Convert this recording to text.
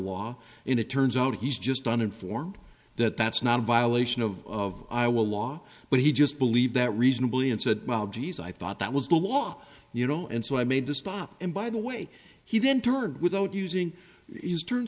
law in it turns out he's just uninformed that that's not a violation of iowa law but he just believed that reasonably and said well geez i thought that was the law you know and so i made to stop and by the way he didn't turn without using